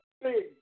big